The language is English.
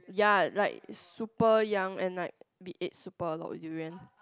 ya like super young and like we ate super a lot of durian